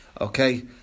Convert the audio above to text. Okay